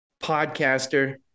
podcaster